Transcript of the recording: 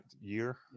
year